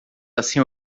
assim